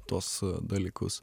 tuos dalykus